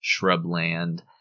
shrubland